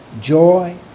joy